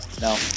No